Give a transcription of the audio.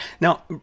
Now